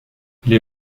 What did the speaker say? les